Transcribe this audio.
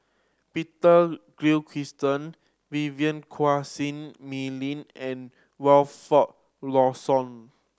Peter Gilchrist Vivien Quahe Seah Mei Lin and Wilfed Lawson